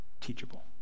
teachable